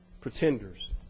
pretenders